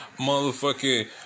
motherfucking